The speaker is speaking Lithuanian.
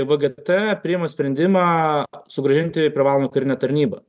vgt priima sprendimą sugrąžinti privalomą karinę tarnybą